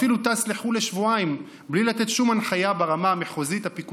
הוא אפילו טס לחו"ל לשבועיים בלי לתת שום הנחייה ברמה המחוזית-הפיקודית.